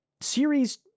series